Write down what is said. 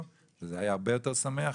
שזה היה הרבה יותר שמח,